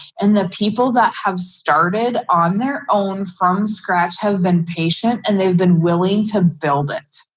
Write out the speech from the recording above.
and the people that have started on their own from scratch have been patient and they've been willing to build it.